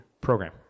program